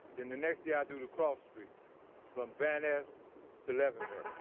the and next day i'll do two cross streets from van ness to leavenworth.